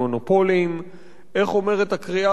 איך אומרת הקריאה של המחאה החברתית,